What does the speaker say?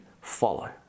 follow